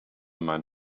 man